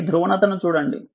దాని ధ్రువణతను చూడండి